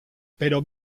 pero